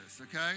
okay